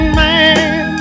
man